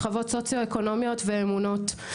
שכבות סוציואקונומיות ואמונות.